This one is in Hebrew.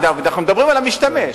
אנחנו מדברים על המשתמש.